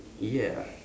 ya